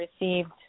received